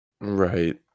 Right